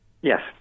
Yes